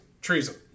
Treason